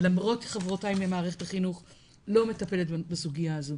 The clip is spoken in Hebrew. למרות חברותיי ממערכת החינוך לא מטפלת בסוגייה הזו,